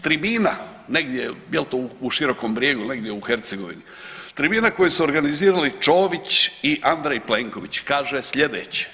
Tribina negdje jel to u Širokom Brijegu ili negdje u Hercegovini, tribina koju su organizirali Čović i Andrej Plenković kaže slijedeće.